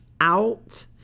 out